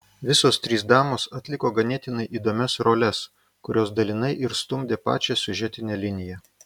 visos trys damos atliko ganėtinai įdomias roles kurios dalinai ir stumdė pačią siužetinę liniją